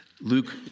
Luke